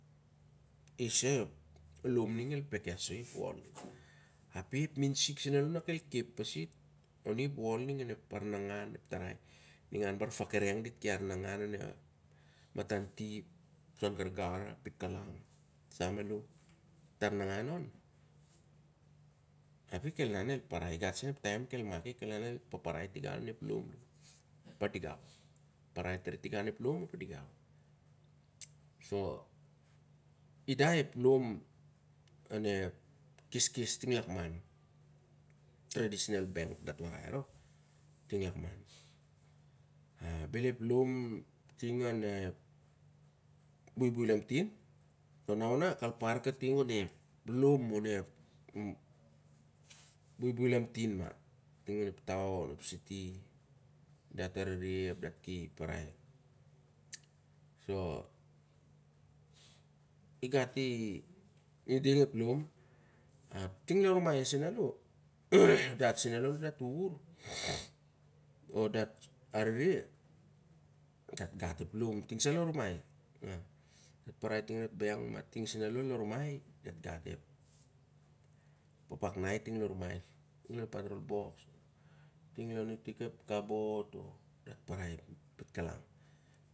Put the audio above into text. Isa ep lo'm ning el peke goi i ep wol ning. Api ep minsik sen alo na el kep pasi on i ep wd ning, onep harnangan. Ningan kai fangkereng dit ki arnangan on ep matantip, suan gargar, a pit kalang, ep sa malo dit arnangan on, ap i kel an el parai igat sen ep taim el maki sur el an el paparai an lon ep lom. Parai tari tingau lo ep lom ap aningau. So ida ep lom onep keskes tingan lakman. Traditional bank, dat warai aro, tingan lakman. Bel ep lom ting onep buibui lamtin. Na ona kal pare kating onep lom onep buibui lamtin, ting on ep ta on o epsity, dat arere ap dat ki parai. I gat iding ep lom. Ting lon rumai sen alo o data arere. Paparai ting lon ep bank o, ma ting sen alo lon rumai, paparai tinglan ep patrol box o lon ep kabat o dat parai ep pit kalang.